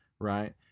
right